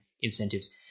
incentives